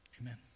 Amen